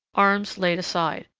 arms laid aside,